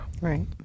Right